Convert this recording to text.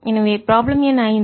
எனவே ப்ராப்ளம் எண் 5